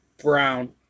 brown